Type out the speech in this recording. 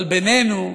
אבל בינינו,